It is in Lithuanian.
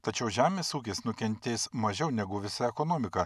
tačiau žemės ūkis nukentės mažiau negu visa ekonomika